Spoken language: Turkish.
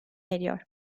eriyor